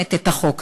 מקדמת את החוק הזה?